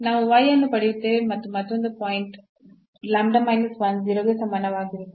ನಾವು ಅನ್ನು ಪಡೆಯುತ್ತೇವೆ ಮತ್ತು ಮತ್ತೊಂದು ಪಾಯಿಂಟ್ 0 ಗೆ ಸಮಾನವಾಗಿರುತ್ತದೆ